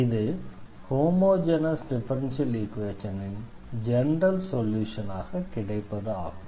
இது homogeneous differential ஈக்வேஷனின் general சொல்யூஷனாக கிடைப்பது ஆகும்